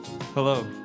Hello